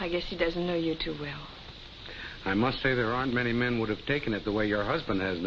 i guess he doesn't know you too i must say there aren't many men would have taken it the way your husband